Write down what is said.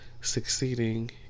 succeeding